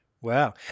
Wow